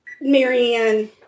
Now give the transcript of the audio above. Marianne